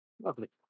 Lovely